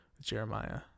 Jeremiah